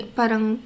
parang